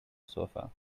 sofa